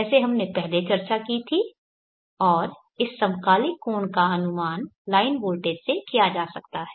जैसे हमने पहले चर्चा की थी और इस समकालिक कोण का अनुमान लाइन वोल्टेज से किया जा सकता है